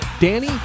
Danny